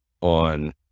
on